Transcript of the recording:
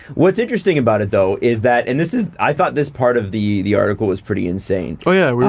what's interesting about it though is that, and this is, i thought this part of the the article was pretty insane. oh yeah,